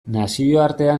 nazioartean